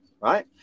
right